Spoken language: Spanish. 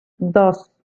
dos